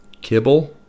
Kibble